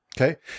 Okay